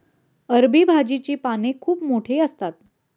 अरबी भाजीची पाने खूप मोठी असतात